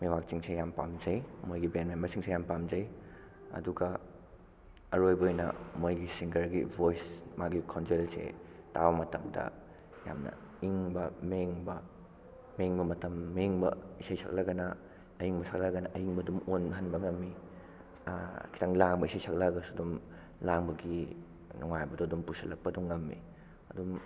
ꯃꯤꯋꯥꯛꯆꯤꯡꯁꯦ ꯌꯥꯝ ꯄꯥꯝꯖꯩ ꯃꯣꯏꯒꯤ ꯕꯦꯟ ꯃꯦꯝꯕꯔꯁꯤꯡꯁꯦ ꯌꯥꯝ ꯄꯥꯝꯖꯩ ꯑꯗꯨꯒ ꯑꯔꯣꯏꯕ ꯑꯣꯏꯅ ꯃꯣꯏꯒꯤ ꯁꯤꯡꯒꯔꯒꯤ ꯕꯣꯏꯁ ꯃꯥꯒꯤ ꯈꯣꯟꯖꯦꯟꯁꯦ ꯇꯥꯕ ꯃꯇꯝꯗ ꯌꯥꯝꯅ ꯏꯪꯕ ꯃꯦꯡꯕ ꯃꯦꯡꯕ ꯃꯇꯝ ꯃꯦꯡꯕ ꯏꯁꯩ ꯁꯛꯂꯒꯅ ꯑꯏꯪꯕ ꯁꯛꯂꯒꯅ ꯑꯏꯪꯕ ꯑꯗꯨꯝ ꯑꯣꯟꯍꯟꯕ ꯉꯝꯏ ꯈꯤꯇꯪ ꯂꯥꯡꯕ ꯏꯁꯩ ꯁꯛꯂꯒꯁꯨ ꯑꯗꯨꯝ ꯂꯥꯡꯕꯒꯤ ꯅꯨꯡꯉꯥꯏꯕꯗꯣ ꯑꯗꯨꯝ ꯄꯨꯁꯤꯜꯂꯛꯄ ꯉꯝꯏ ꯑꯗꯨꯝ